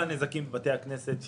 בבתי הכנסת,